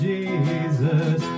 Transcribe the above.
Jesus